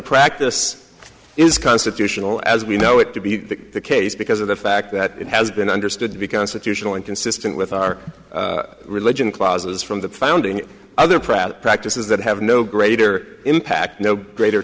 practice is constitutional as we know it to be the case because of the fact that it has been understood to be constitutional and consistent with our religion clauses from the founding father prout practices that have no greater impact no greater